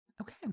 Okay